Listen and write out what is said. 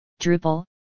Drupal